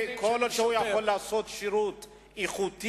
כל עוד הוא יכול לעשות שירות איכותי,